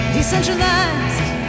Decentralized